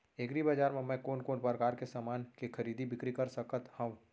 एग्रीबजार मा मैं कोन कोन परकार के समान के खरीदी बिक्री कर सकत हव?